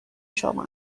شما